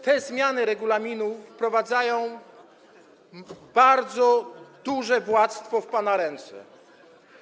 Te zmiany regulaminu wprowadzają bardzo duże władztwo w pana ręce.